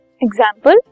example